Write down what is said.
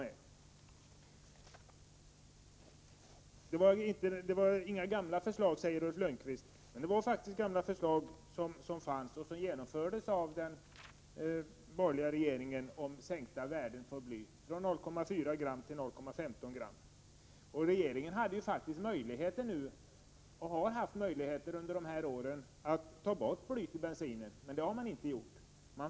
Men det var faktiskt gamla förslag om sänkta blyvärden från 0,4 g till 0,15 g som genomfördes av den borgerliga regeringen. Den socialdemokratiska regeringen har faktiskt — och har haft under dessa år — möjlighet att ta bort blyet i bensinen, men det har den inte gjort.